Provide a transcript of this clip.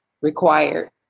required